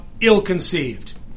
ill-conceived